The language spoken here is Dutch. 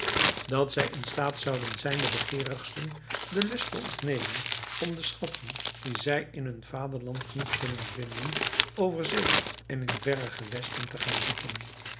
dat zij in staat zouden zijn den begeerigsten den lust te ontnemen om de schatten die zij in hun vaderland niet kunnen vinden over zee en in verre gewesten te gaan zoeken